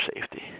safety